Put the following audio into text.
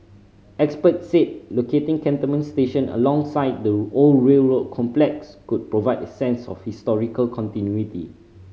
experts said locating Cantonment station alongside the old railway complex could provide a sense of historical continuity